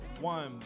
one